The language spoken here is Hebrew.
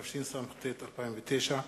התשס"ט 2009,